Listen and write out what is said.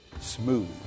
smooth